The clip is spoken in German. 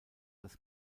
das